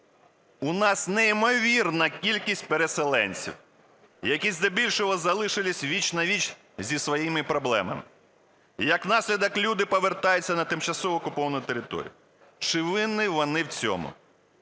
У нас неймовірна кількість переселенців, які здебільшого залишилися віч-на-віч зі своїми проблемами. Як наслідок люди повертаються на тимчасово окуповані території. Чи винні вони в цьому?